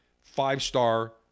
five-star